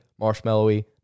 marshmallowy